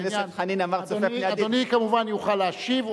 אבל חבר הכנסת חנין אמר "צופה פני עתיד" אדוני כמובן יוכל להשיב,